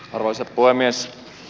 arvoisa puhemies